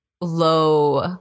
low